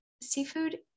seafood